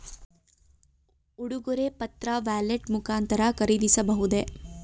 ಉಡುಗೊರೆ ಪತ್ರ ವ್ಯಾಲೆಟ್ ಮುಖಾಂತರ ಖರೀದಿಸಬಹುದೇ?